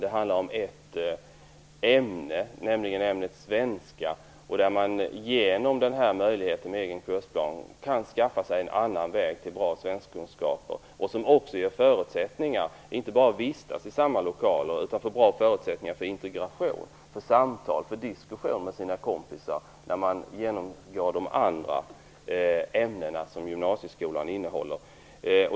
Det handlar om ett ämne, nämligen ämnet svenska, där man genom möjligheten med egen kursplan kan skaffa sig en annan väg till bra svenskkunskaper och som också ger förutsättningar inte bara för att vistas i samma lokaler utan också för integration, för samtal och för diskussion med kompisar när man genomgår de andra ämnena som gymnasieskolan innehåller.